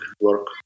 work